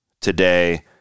today